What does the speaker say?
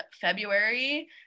February